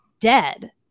dead